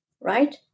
right